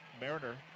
Mariner